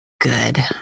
good